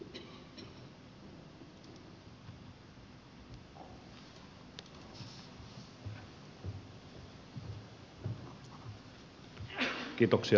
arvoisa puhemies